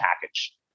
package